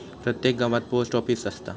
प्रत्येक गावात post office असता